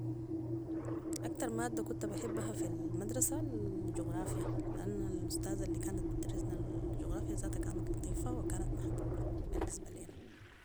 أكتر مادة كنت بحبها في المدرسة الجغرافية ، لأنو الأستاذة الي كانت بتدرسنا الجغرافية ذاتا كانت لطيفة وكانت محبوبة بالنسبة لينا